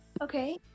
Okay